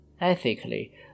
Ethically